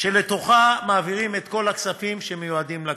שאליה מעבירים את כל הכספים שמיועדים לקטינים.